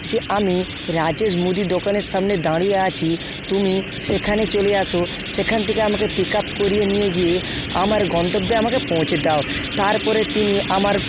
যে আমি রাজেশ মুদির দোকানের সামনে দাঁড়িয়ে আছি তুমি সেখানে চলে আসো সেখান থেকে আমাকে পিক আপ করিয়ে নিয়ে গিয়ে আমার গন্তব্যে আমাকে পৌঁছে দাও তারপরে তিনি আমার